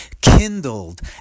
kindled